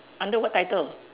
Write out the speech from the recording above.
under what title